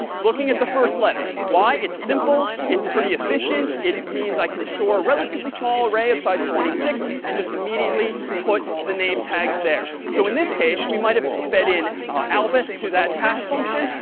looking at the first letter. why? it's simple. it's pretty efficient. it means i can store a relatively small array of size twenty six and just immediately put the name tags there. so in this case, we might have fed in albus to that hash function.